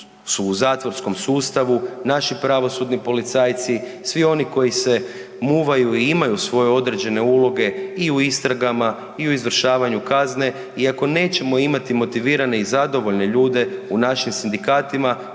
u zatvorskom sustavu naši pravosudni policajci, svi oni koji se muvaju i imaju svoje određene uloge i u istragama i u izvršavanju kazne i ako nećemo imati motivirane i zadovoljne ljude u našim sindikatima